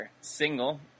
single